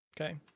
Okay